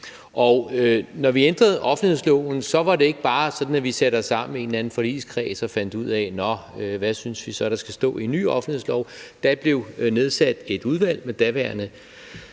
Når vi ændrede offentlighedsloven, var det ikke sådan, at vi bare satte os sammen i en eller anden forligskreds og fandt ud af: Nå, hvad synes vi så der skal stå i en ny offentlighedslov? Der blev nedsat et udvalg med daværende,